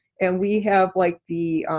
and we have like the